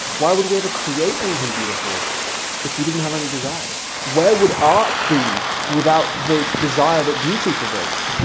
why would we ever create anything beautiful if we didn't have any desires? where would art be without the desire that beauty provokes?